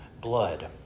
blood